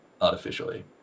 artificially